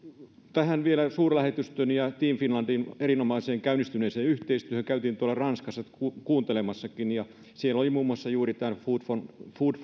vielä tästä suurlähetystön ja team finlandin erinomaisesta käynnistyneestä yhteistyöstä käytiin tuolla ranskassa kuuntelemassakin siellä oli muun muassa juuri tämä food